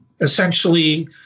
essentially